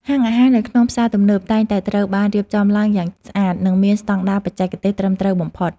ហាងអាហារនៅក្នុងផ្សារទំនើបតែងតែត្រូវបានរៀបចំឡើងយ៉ាងស្អាត និងមានស្តង់ដារបច្ចេកទេសត្រឹមត្រូវបំផុត។